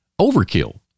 Overkill